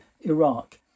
Iraq